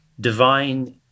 divine